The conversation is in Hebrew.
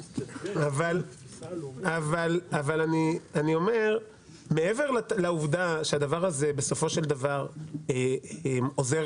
אבל אני אומר מעבר לעובדה שהדבר הזה בסופו של דבר עוזר